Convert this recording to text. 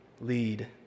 lead